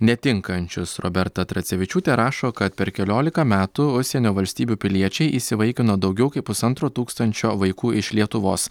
netinkančius roberta tracevičiūtė rašo kad per keliolika metų užsienio valstybių piliečiai įsivaikino daugiau kaip pusantro tūkstančio vaikų iš lietuvos